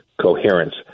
coherence